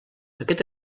aquest